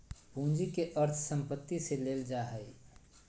पूंजी के अर्थ संपत्ति से लेल जा हइ